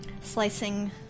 slicing